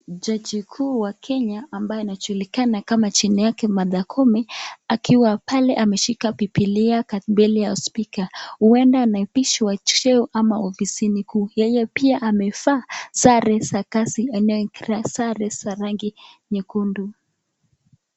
Jaji mkuu wa Kenya ambaye anajulikana kama jina yake Martha Koome, akiwa pale ameshika bibilia mbele ya spika huenda anaapishwa cheo ama ofisini kuu. Yeye pia amevaa sare za kazi sare za rangi nyekundu.